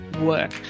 work